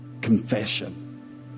confession